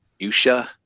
Yusha